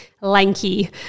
lanky